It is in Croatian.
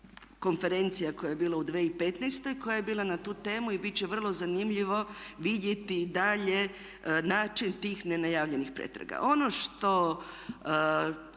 konferencija koja je bila u 2015.koja je bila na tu temu i bit će vrlo zanimljivo vidjeti dalje način tih nenajavljenih pretraga.